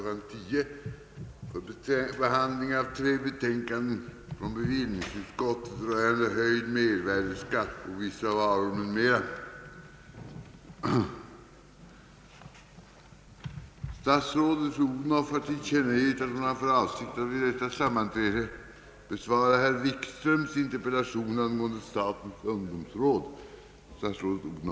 10.00 för behandling av tre betänkanden från bevillningsutskottet rörande höjd mervärdeskatt på vissa varor, m.m.